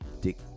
dick